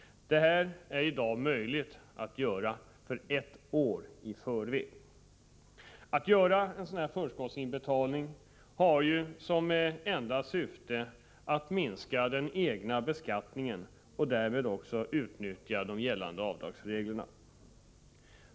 Detta är i dag möjligt att göra ett år i förväg. Att göra en förskottsinbetalning har ju som enda syfte att minska den egna beskattningen och därmed utnyttja de gällande avdragsreglerna.